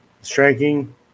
striking